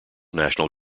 national